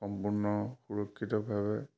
সম্পূৰ্ণ সুৰক্ষিতভাৱে